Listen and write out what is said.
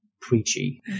preachy